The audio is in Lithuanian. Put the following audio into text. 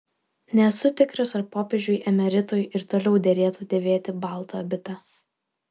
nesu tikras ar popiežiui emeritui ir toliau derėtų dėvėti baltą abitą